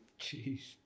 Jeez